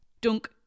dunk